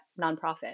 nonprofit